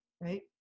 Right